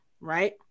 right